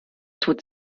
tut